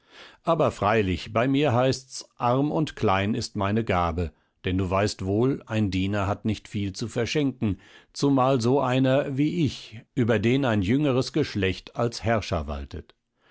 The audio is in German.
aber freilich bei mir heißt's arm und klein ist meine gabe denn du weißt wohl ein diener hat nicht viel zu verschenken zumal so einer wie ich über den ein jüngeres geschlecht als herrscher waltet